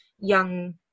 young